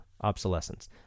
obsolescence